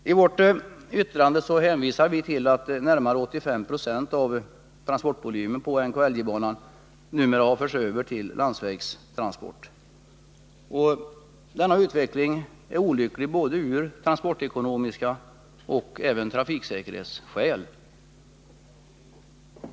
I vårt yttrande hänvisar vi till att närmare 85 26 av transportvolymen på NKLJ-banan numera har förts över till landsvägstransport. Denna utveckling är olycklig av både transportekonomiska och trafiksäkerhetsmässiga skäl.